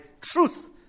truth